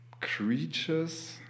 creatures